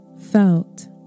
felt